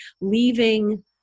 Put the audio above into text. leaving